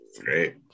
great